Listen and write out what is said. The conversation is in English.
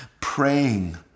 praying